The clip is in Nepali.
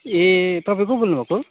ए तपाईँ को बोल्नु भएको